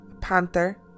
panther